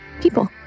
people